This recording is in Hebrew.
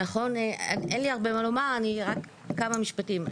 אין לי הרבה מה לומר, רק כמה משפטים.